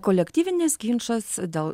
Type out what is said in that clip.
kolektyvinis ginčas dėl